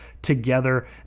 together